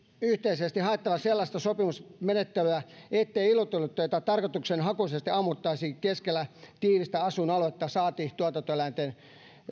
yhteisesti haettava sellaista sopimusmenettelyä ettei ilotulitteita tarkoitushakuisesti ammuttaisi keskellä tiivistä asuinaluetta saati tuotantoeläinten